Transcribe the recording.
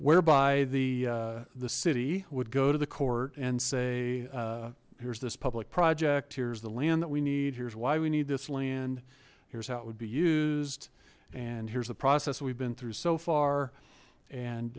whereby the the city would go to the court and say here's this public project here's the land that we need here's why we need this land here's how it would be used and here's the process we've been through so far and